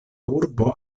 urbo